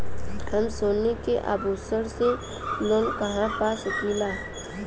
हम सोने के आभूषण से लोन कहा पा सकीला?